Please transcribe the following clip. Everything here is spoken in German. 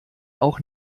auch